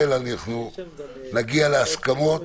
קודם כול אני רוצה להודות לידידי אוסאמה סעדי,